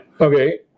Okay